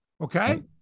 okay